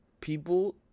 people